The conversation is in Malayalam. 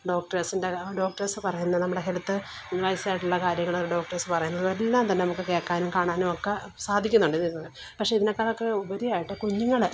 ഡോക്ടർസിൻറ്റെ ഡോക്ടർസ് പറയുന്ന നമ്മുടെ ഹെൽത്ത് വയസ്സായിട്ടുള്ള കാര്യങ്ങൾ ഡോക്ടർസ് പറയുന്നത് എല്ലാം തന്നെ നമുക്ക് കേൾക്കാനും കാണാനും ഒക്കെ സാധിക്കുന്നുണ്ട് ഇതിൽ നിന്ന് പക്ഷെ ഇതിനെക്കാളും ക്കെ ഉപരിയായിട്ട് കുഞ്ഞുങ്ങൾ